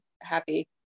happy